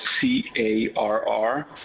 C-A-R-R